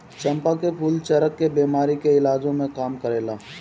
चंपा के फूल चरक के बेमारी के इलाजो में काम करेला